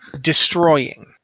destroying